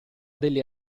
delle